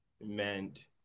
meant